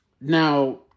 Now